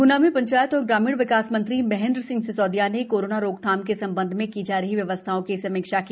ग्ना में ांचायत एवं ग्रामीण विकास मंत्री महेन्द्र सिंह सिसौदिया ने कोरोना रोकथाम के संबंध में की जा रही व्यवस्थाओं की समीक्षा की